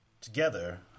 Together